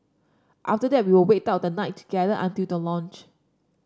after that we'll wait out the night together until the launch